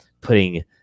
putting